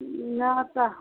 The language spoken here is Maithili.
ना तऽ